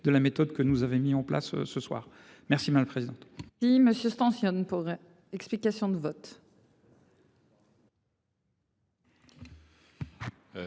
de la méthode que nous avait mis en place ce soir. Merci ma président.